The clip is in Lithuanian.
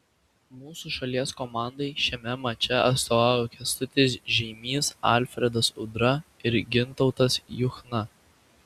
mūsų šalies komandai šiame mače atstovavo kęstutis žeimys alfredas udra ir gintautas juchna